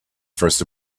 first